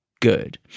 good